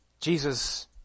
Jesus